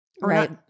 Right